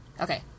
okay